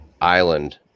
island